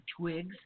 twigs